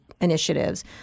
initiatives